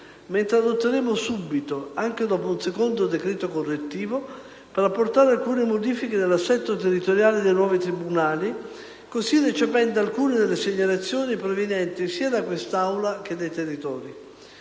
mentre adotteremo subito dopo anche un secondo decreto correttivo, per apportare alcune modifiche dell'assetto territoriale dei nuovi tribunali, così recependo alcune delle segnalazioni provenienti sia da quest'Aula che dai territori.